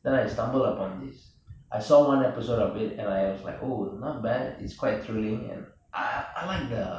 then I stumbled upon this I saw one episode of it and I was like oh not bad is quite thrilling and I I like the